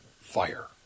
fire